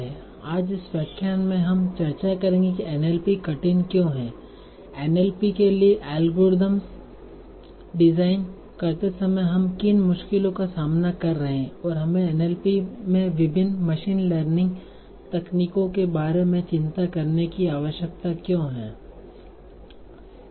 आज इस व्याख्यान में हम चर्चा करेंगे कि NLP कठिन क्यों है NLP के लिए एल्गोरिदम डिजाइन करते समय हम किन मुश्किलों का सामना कर रहे हैं और हमें NLP में विभिन्न मशीन लर्निंग तकनीकों के बारे में चिंता करने की आवश्यकता क्यों है